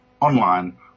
online